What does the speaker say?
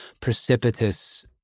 precipitous